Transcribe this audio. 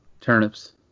Turnips